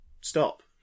Stop